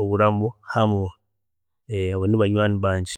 oburamu hamwe, abo nibanywaani bangye